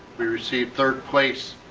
we received third place,